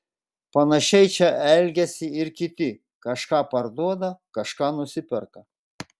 panašiai čia elgiasi ir kiti kažką parduoda kažką nusiperka